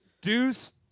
Deuce